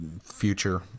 future